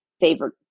favorite